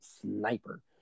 sniper